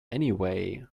anyway